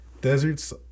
deserts